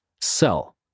sell